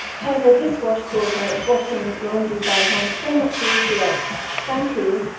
heather this washboard makes washing laundry by hand so much easier thank you